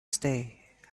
stay